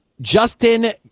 Justin